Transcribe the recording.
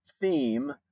theme